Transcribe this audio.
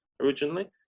originally